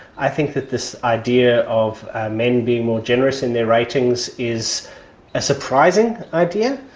i think that this idea of men being more generous in their ratings is a surprising idea,